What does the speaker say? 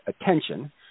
attention